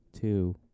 two